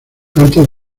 antes